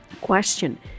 question